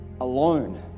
alone